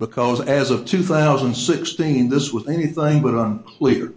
because as of two thousand and sixteen this was anything but on clear